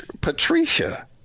Patricia